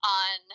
on